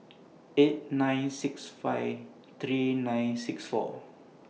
eight nine six five three nine six four